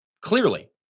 Clearly